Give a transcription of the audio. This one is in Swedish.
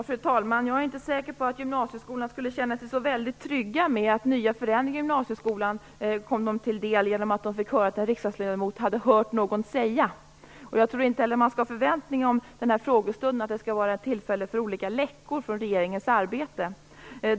Fru talman! Jag är inte säker på att gymnasieskolan skulle känna sig så väldigt trygg med att nya förändringar i gymnasieskolan kom dem till del genom att de fick höra att en riksdagsledamot hade hört någon säga något. Jag tror inte heller att man skall ha den förväntningen på den här frågestunden att den skall vara ett tillfälle för olika läckor från regeringens arbete.